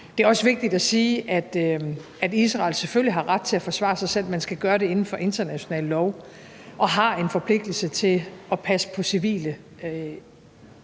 Det er også vigtigt at sige, at Israel selvfølgelig har ret til at forsvare sig selv, men skal gøre det inden for international lov og har en forpligtelse til at passe på civile.